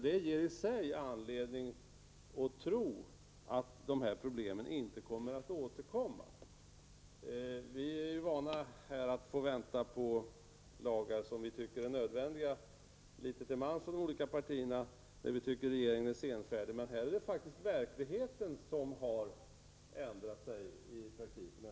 Det ger i sig anledning att tro att de här problemen inte skall återkomma. Vi är här vana vid att få vänta på lagar som vi litet var i de olika partierna tycker är nödvändiga och där vi anser att regeringen är senfärdig. Men här är det faktiskt verkligheten som har ändrats.